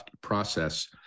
process